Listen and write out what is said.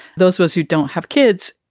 those of us who don't have kids,